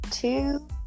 two